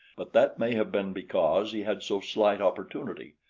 but that may have been because he had so slight opportunity,